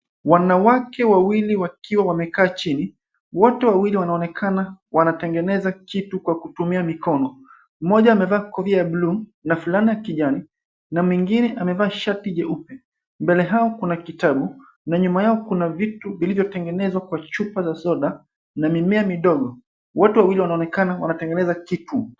Wanawake wawili wakiwa wamekaa chini. Wote wawili wanaonekana wanatengeneza kitu kwa kutumia mikono. Mmoja amevaa kofia ya bluu na fulana ya kijani na mwingine amevaa shati jeupe. Mbele yao kuna kitabu na nyuma yao kuna vitu vilivyotengenezwa kwa chupa za soda na mimea midogo. Wote wawili wanaonekana wanatengeneza kitu.